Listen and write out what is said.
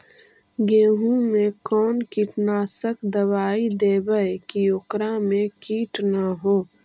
गेहूं में कोन कीटनाशक दबाइ देबै कि ओकरा मे किट न हो?